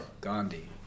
Gandhi